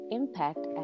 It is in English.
impact